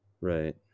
right